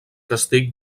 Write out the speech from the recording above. castell